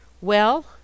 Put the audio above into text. Well